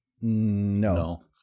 No